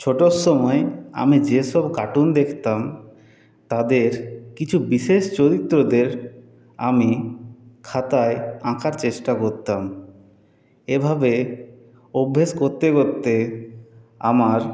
ছোটর সময় আমি যেসব কার্টুন দেখতাম তাদের কিছু বিশেষ চরিত্রদের আমি খাতায় আঁকার চেষ্টা করতাম এভাবে অভ্যেস করতে করতে আমার